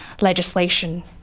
legislation